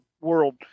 world